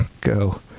go